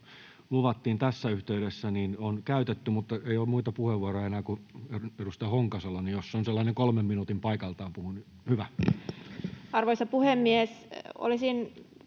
luvattiin tässä yhteydessä, on käytetty, mutta ei ole muita puheenvuoroja enää kuin edustaja Honkasalo, niin jos se on sellainen kolmen minuutin puhe paikalta, niin hyvä. [Speech 125]